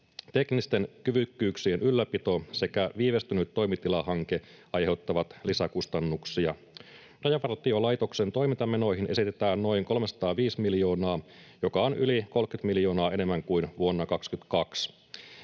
teknisten kyvykkyyksien ylläpito sekä viivästynyt toimitilahanke aiheuttavat lisäkustannuksia. Rajavartiolaitoksen toimintamenoihin esitetään noin 305 miljoonaa, joka on yli 30 miljoonaa enemmän kuin vuonna 22.